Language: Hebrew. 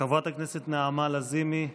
חברת הכנסת נעמה לזימי,